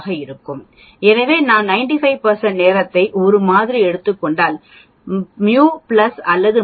ஆகவே நான் 95 நேரத்தை ஒரு மாதிரி எடுத்துக் கொண்டால் அது μ அல்லது 1